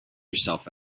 yourself